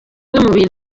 bimwe